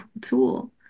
tool